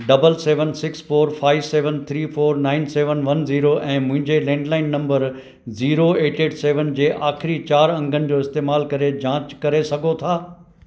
double seven six four five seven three four nine seven one zero ऐं मुंहिंजे landline number zero eight eight seven जे आख़िरी चार अंगनि जो इस्तेमालु करे जाच करे सघो था